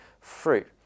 fruit